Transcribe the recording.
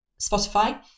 Spotify